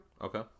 Okay